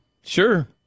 Sure